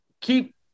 keep